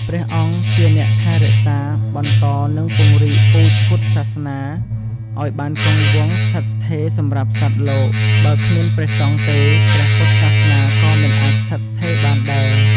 ព្រះអង្គជាអ្នកថែរក្សា បន្ត និងពង្រីកពូជពុទ្ធសាសនាឱ្យបានគង់វង្សស្ថិតស្ថេរសម្រាប់សត្វលោក បើគ្មានព្រះសង្ឃទេ ព្រះពុទ្ធសាសនាក៏មិនអាចស្ថិតស្ថេរបានដែរ។